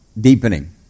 Deepening